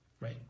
Right